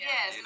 Yes